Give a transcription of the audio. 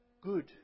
good